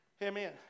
Amen